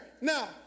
Now